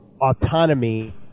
autonomy